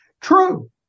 True